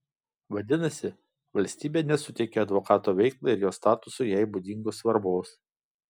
vadinasi valstybė nesuteikia advokato veiklai ir jo statusui jai būdingos svarbos